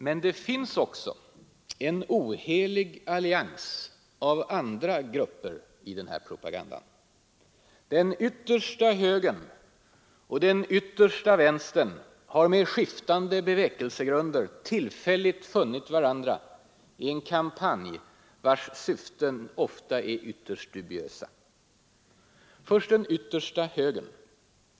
Men det finns också en ohelig allians av andra grupper i den här propagandan. Den yttersta högern och den yttersta vänstern har med skiftande bevekelsegrunder tillfälligt funnit varandra i en kampanj vars syften ofta är ytterst dubiösa. Först den yttersta högern.